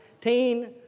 teen